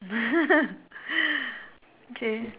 okay